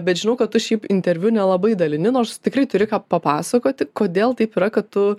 bet žinau kad tu šiaip interviu nelabai dalini nors tikrai turi ką papasakoti kodėl taip yra kad tu